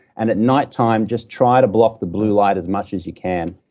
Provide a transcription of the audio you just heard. and at nighttime, just try to block the blue light as much as you can.